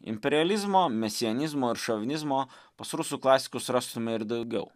imperializmo mesianizmo ir šovinizmo pas rusų klasikus rastume ir daugiau